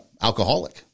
alcoholic